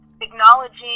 acknowledging